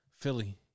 Philly